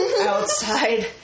outside